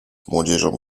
młodzieżą